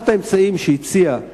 אחד האמצעים שהציעה